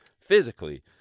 physically